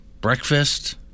breakfast